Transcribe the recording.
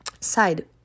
side